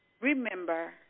remember